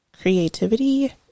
creativity